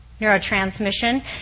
neurotransmission